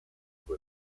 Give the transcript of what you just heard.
into